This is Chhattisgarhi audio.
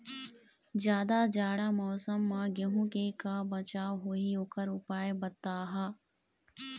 जादा जाड़ा मौसम म गेहूं के का बचाव होही ओकर उपाय बताहा?